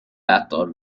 battle